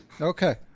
Okay